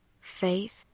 Faith